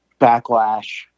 Backlash